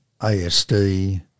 ASD